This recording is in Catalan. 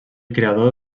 creador